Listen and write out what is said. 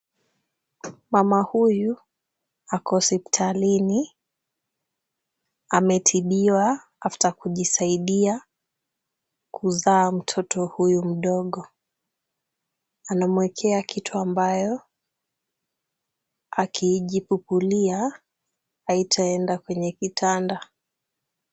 Mama huyu ako hospitalini. Ametibiwa after kujisaidia kuzaa mtoto huyu mdogo. Anamwekea kitu ambayo akijipupulia haitaenda kwenye kitanda.